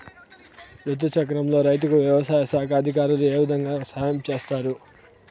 రుతు చక్రంలో రైతుకు వ్యవసాయ శాఖ అధికారులు ఏ విధంగా సహాయం చేస్తారు?